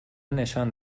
نشان